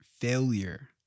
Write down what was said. failure